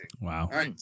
Wow